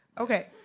Okay